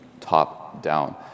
top-down